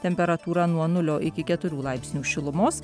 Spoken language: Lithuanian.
temperatūra nuo nulio iki keturių laipsnių šilumos